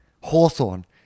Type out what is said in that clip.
Hawthorne